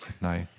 No